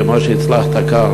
כמו שהצלחת כאן,